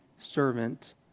servant